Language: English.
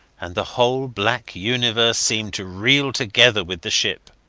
and the whole black universe seemed to reel together with the ship.